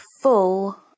full